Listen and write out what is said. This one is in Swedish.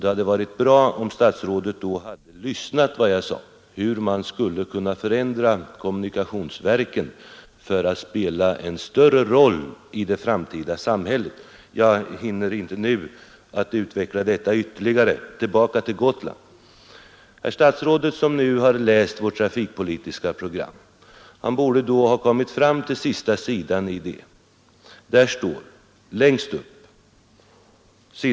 Det hade varit bra om statsrådet då hade lyssnat till vad jag sade om hur man skulle kunna förändra kommunikationsverken så att de kunde spela en större roll i det framtida samhället. Jag hinner inte nu utveckla detta ytterligare. Tillbaka till Gotland. Herr statsrådet borde nu efter fem månader ha kommit fram till sista sidan i centerns trafikpolitiska program.